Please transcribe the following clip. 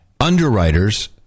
underwriters